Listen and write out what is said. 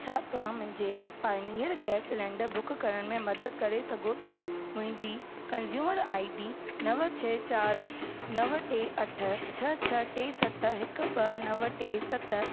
छा तव्हां मुंहिंजे पाईनीअर गैस सिलेंडर बुक करण में मदद करे सघो था मुहिंजी कंज़यूमर आई डी नव छ चारि नव टे अठ छ टे सत हिकु ॿ नव टे सत